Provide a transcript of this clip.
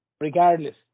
regardless